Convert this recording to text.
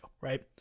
right